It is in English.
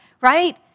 right